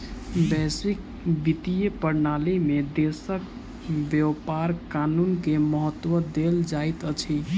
वैश्विक वित्तीय प्रणाली में देशक व्यापार कानून के महत्त्व देल जाइत अछि